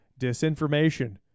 disinformation